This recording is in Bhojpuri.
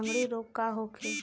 लगंड़ी रोग का होखे?